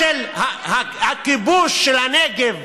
הבנייה של הכיבוש של הנגב,